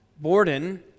Borden